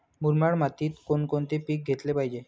मुरमाड मातीत कोणकोणते पीक घेतले पाहिजे?